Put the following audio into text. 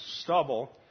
stubble